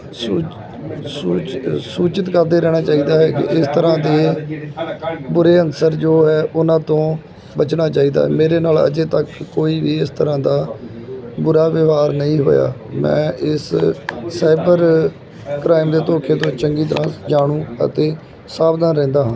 ਸੂ ਸੂਚਿਤ ਸੂਚਿਤ ਕਰਦੇ ਰਹਿਣਾ ਚਾਹੀਦਾ ਹੈ ਕਿ ਇਸ ਤਰ੍ਹਾਂ ਦੇ ਬੁਰੇ ਅਨਸਰ ਜੋ ਹੈ ਉਹਨਾਂ ਤੋਂ ਬਚਣਾ ਚਾਹੀਦਾ ਮੇਰੇ ਨਾਲ ਅਜੇ ਤੱਕ ਕੋਈ ਵੀ ਇਸ ਤਰ੍ਹਾਂ ਦਾ ਬੁਰਾ ਵਿਵਹਾਰ ਨਹੀਂ ਹੋਇਆ ਮੈਂ ਇਸ ਸਾਈਬਰ ਕ੍ਰਾਈਮ ਦੇ ਧੋਖੇ ਤੋਂ ਚੰਗੀ ਤਰਾਂ ਜਾਣੂ ਅਤੇ ਸਾਵਧਾਨ ਰਹਿੰਦਾ ਹਾਂ